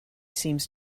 seems